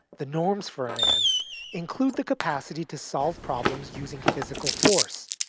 the norms for a man include the capacity to solve problems using physical force,